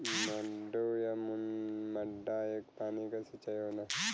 मड्डू या मड्डा एक पानी क सिंचाई होला